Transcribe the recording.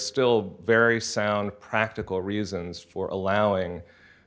still very sound practical reasons for allowing